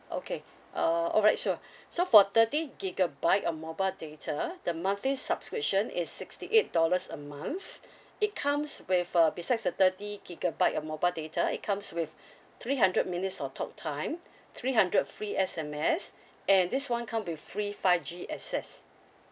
okay uh all right sure so for thirty gigabyte of mobile data the monthly subscription is sixty eight dollars a month it comes with uh besides the thirty gigabyte of mobile data it comes with three hundred minutes of talktime three hundred free S_M_S and this [one] come with free five G access